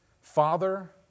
Father